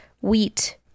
Wheat